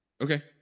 Okay